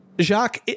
Jacques